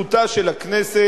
זכותה של הכנסת